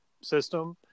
system